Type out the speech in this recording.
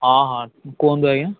ହଁ ହଁ କୁହନ୍ତୁ ଆଜ୍ଞା